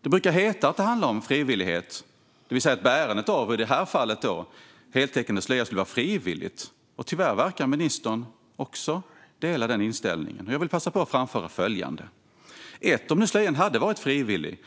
Det brukar heta att det handlar om frivillighet, det vill säga att bärandet av i det här fallet heltäckande slöja skulle vara frivilligt. Tyvärr verkar ministern dela den inställningen. Jag vill passa på att framföra följande: Om nu slöjan hade varit frivillig